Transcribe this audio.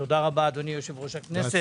תודה רבה, אדוני יושב-ראש הכנסת.